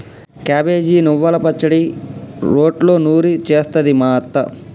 cabbage నువ్వల పచ్చడి రోట్లో నూరి చేస్తది మా అత్త